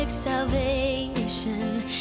salvation